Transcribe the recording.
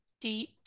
deep